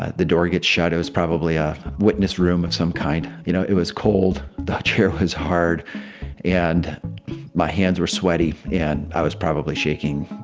ah the door gets chateau's, probably a witness room of some kind. you know, it was cold. that chair was hard and my hands were sweaty. and i was probably shaking.